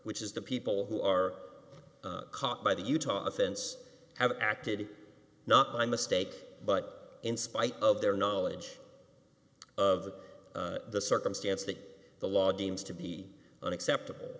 which is the people who are caught by the utah offense have acted not by mistake but in spite of their knowledge of the circumstance that the law deems to be unacceptable